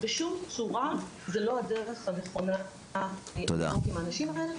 בשום צורה זו לא הדרך הנכונה לנהוג עם האנשים האלה.